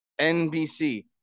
nbc